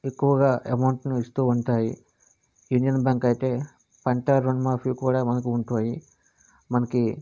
ఎక్కువగా అమౌంట్ను ఇస్తూ ఉంటాయి యూనియన్ బ్యాంక్ అయితే పంట రుణమాఫీ కూడా మనకు ఉంటాయి మనకి